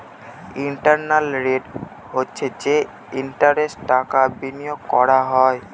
internal rate হচ্ছে যে ইন্টারেস্টে টাকা বিনিয়োগ করা হয়